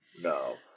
No